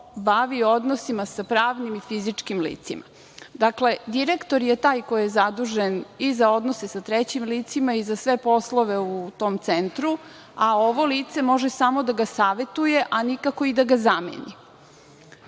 bavi odnosima sa pravnim i sa fizičkim licima. Dakle, direktor je taj koji je zadužen i za odnose sa trećim licima i za sve poslove u tom centru, a ovo lice može samo da posavetuje, a nikako da ga zameni.U